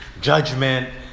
judgment